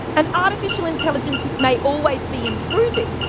and artificial intelligence may always be improving,